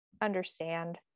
understand